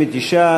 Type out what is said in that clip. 59,